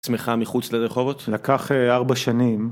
מחוץ לרחובות לקח ארבע שנים